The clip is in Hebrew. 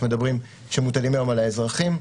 מדברים עליהם שמוטלים היום על האזרחים.